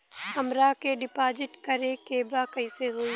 हमरा के डिपाजिट करे के बा कईसे होई?